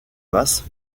masses